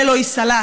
זה לא ייסלח.